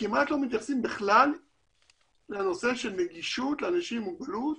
וכמעט לא מתייחסים בכלל לנושא של נגישות לאנשים עם מוגבלות,